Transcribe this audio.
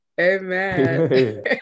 Amen